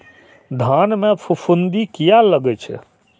धान में फूफुंदी किया लगे छे?